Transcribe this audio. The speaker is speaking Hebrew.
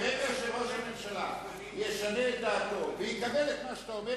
ברגע שראש הממשלה ישנה את דעתו ויקבל את מה שאתה אומר,